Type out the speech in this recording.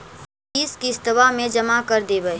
बिस किस्तवा मे जमा कर देवै?